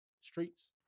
Streets